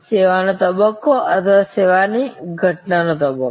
સેવાનો તબક્કો અથવા સેવાની ઘટનાનો તબક્કો